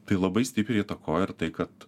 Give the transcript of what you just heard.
tai labai stipriai įtakoja ir tai kad